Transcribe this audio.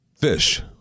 fish